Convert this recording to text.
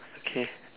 okay